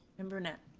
and brunette.